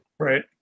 Right